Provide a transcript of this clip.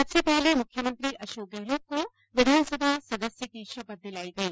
सबसे पहले मुख्यमंत्री अशोक गहलोत को विधानसभा सदस्य की शपथ दिलाई गई